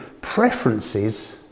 preferences